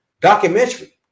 documentary